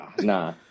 nah